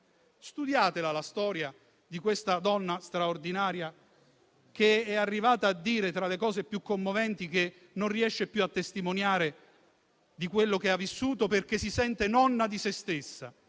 Studiate la storia di questa donna straordinaria, che è arrivata a dire, tra le cose più commoventi, che non riesce più a testimoniare quello che ha vissuto, perché si sente nonna di se stessa